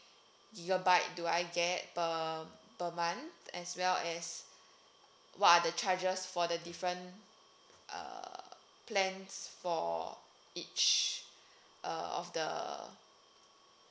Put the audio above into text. gigabyte do I get uh err month as well as what are the charges for the different uh plans or each uh of the